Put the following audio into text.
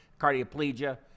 cardioplegia